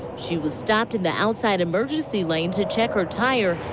she was stopped in the outside emergency lane to check our tire,